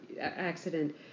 accident